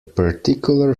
particular